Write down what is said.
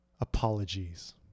apologies